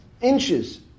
inches